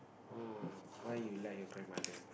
oh why you like your grandmother